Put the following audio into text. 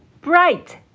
Bright